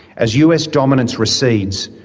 as us dominance recedes,